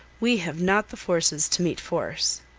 we have not the forces to meet force.